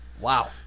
Wow